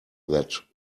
that